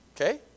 Okay